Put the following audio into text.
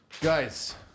Guys